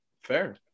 fair